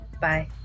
Bye